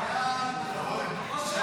הגנה על בריאות הציבור (מזון) (תיקון מס'